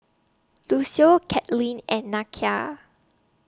Lucio Kathleen and Nakia